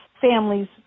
families